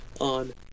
on